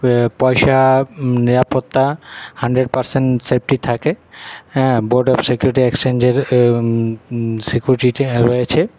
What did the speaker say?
পয়সা নিরাপত্তা hundred percent safety থাকে বোর্ড অফ সিকিউরিটি এক্সচেঞ্জের সিকিউরিটি রয়েছে